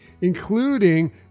including